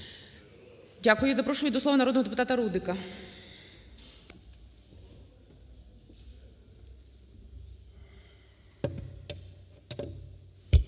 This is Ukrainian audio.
Дякую. Запрошую до слова народного депутата Тетерука.